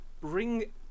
bring